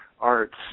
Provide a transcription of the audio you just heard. arts